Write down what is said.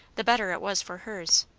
the better it was for hers.